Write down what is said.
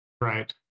Right